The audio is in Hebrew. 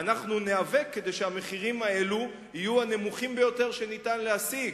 ואנחנו ניאבק כדי שהמחירים האלה יהיו הנמוכים ביותר שניתן להשיג.